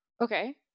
Okay